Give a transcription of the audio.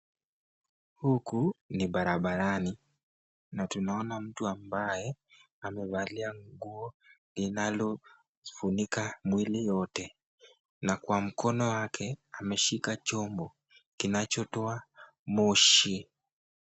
Huku ni barabarani na tunaona mtu ambaye amevalia nguo linalofunika mwili yote na kwa mkono wake ameshika chombo kinachotoa moshi.